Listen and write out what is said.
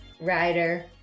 rider